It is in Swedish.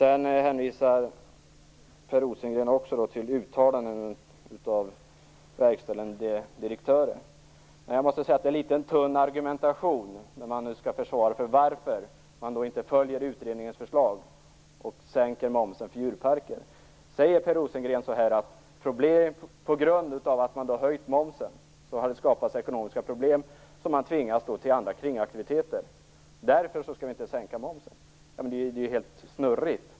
Sedan hänvisar Per Rosengren till uttalanden av verkställande direktören vid Kolmårdens djurpark. Jag måste säga att det är en tunn argumentation i frågan om varför man inte följer utredningens förslag och sänker momsen för djurparker. Per Rosengren säger att det på grund momshöjningen har skapats ekonomiska problem, som gör att man tvingas till andra kringaktiviteter och att momsen därför inte skall sänkas. Det är ju helt snurrigt.